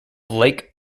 lake